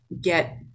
get